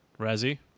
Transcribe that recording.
Razzie